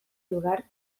lugar